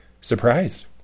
surprised